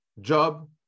job